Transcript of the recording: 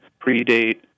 predate